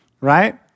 right